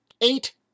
eight